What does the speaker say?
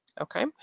Okay